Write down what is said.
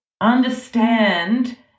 understand